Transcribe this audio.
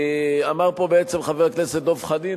אמר פה חבר הכנסת דב חנין,